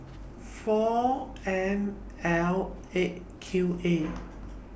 four M L eight Q A